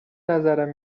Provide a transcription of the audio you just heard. بنظرم